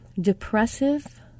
depressive